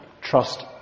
Trust